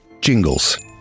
jingles